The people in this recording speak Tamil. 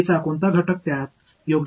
மாணவர் மாணவர் உறுப்பு சரிதானே